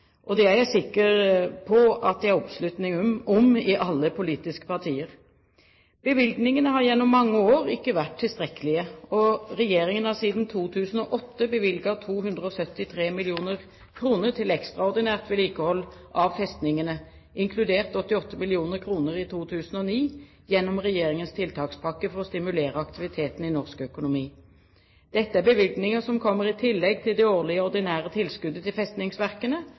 Det er jeg sikker på at det er oppslutning om i alle politiske partier. Bevilgningene har gjennom mange år ikke vært tilstrekkelige. Regjeringen har siden 2008 bevilget 273 mill. kr til ekstraordinært vedlikehold av festningene, inkludert 88 mill. kr i 2009 gjennom Regjeringens tiltakspakke for å stimulere aktiviteten i norsk økonomi. Dette er bevilgninger som kommer i tillegg til det årlige ordinære tilskuddet til festningsverkene